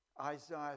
Isaiah